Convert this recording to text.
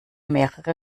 mehrere